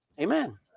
Amen